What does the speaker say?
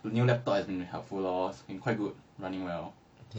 the new laptop has been helpful lor and quite good running well